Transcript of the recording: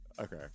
Okay